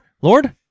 Lord